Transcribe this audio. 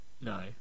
No